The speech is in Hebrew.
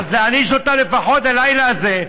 אז להעניש אותם לפחות הלילה הזה,